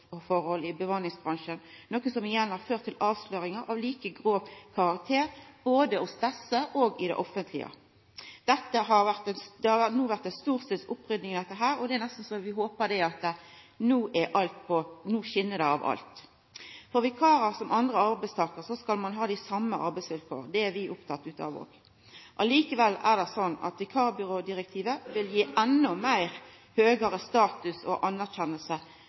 i bemanningsbransjen, noko som igjen har ført til avsløringar av like grov karakter både hos desse og i det offentlege. Det har no vore ei storstilt opprydding i dette, og det er nesten slik at vi håpar at no skin det av alt. Vikarar og andre arbeidstakarar skal ha dei same arbeidsvilkåra. Det er vi opptekne av òg. Likevel er det slik at vikarbyrådirektivet vil gi enda høgare status og